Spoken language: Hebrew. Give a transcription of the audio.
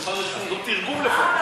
תנו תרגום לפחות.